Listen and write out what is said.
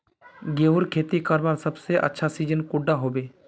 गेहूँर खेती करवार सबसे अच्छा सिजिन कुंडा होबे?